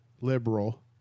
liberal